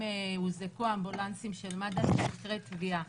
הוזעקו אמבולנסים של מד"א אחרי טביעה.